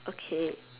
okay